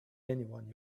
anyone